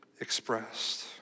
expressed